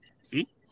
See